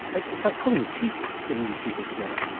it's like pulling teeth getting these people together.